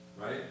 right